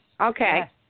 Okay